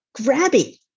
grabby